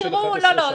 סליחה.